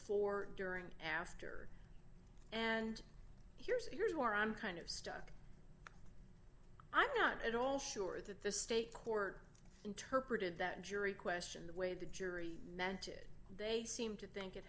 fore during and after and here's here's where i'm kind of stuck i'm not at all sure that the state court interpreted that jury question the way the jury meant it they seem to think it